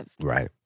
Right